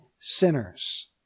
sinners